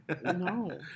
No